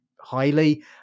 highly